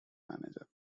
manager